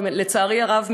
ולצערי הרב,